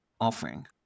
offering